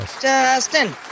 Justin